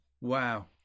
Wow